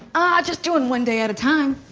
ah, just doing one day at a time.